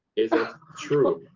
is true?